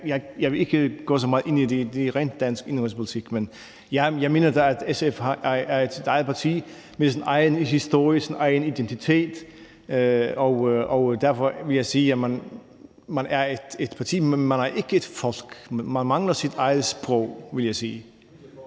Jeg vil ikke gå så meget ind i den rent danske indenrigspolitik, men jeg mener, at SF er sit eget parti med sin egen historie, sin egen identitet, og derfor vil jeg sige, at man er et parti, men man er ikke et folk. Man mangler sit eget sprog, vil jeg sige.